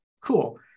cool